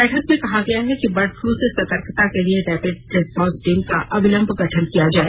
बैठक में कहा गया कि बर्ड फ्लू से सर्तकता के लिए रैपिड रिस्पोंस टीम का अविलंब गठन किया जाय